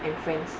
and friends